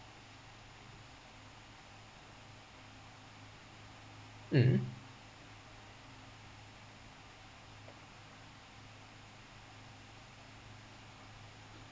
mm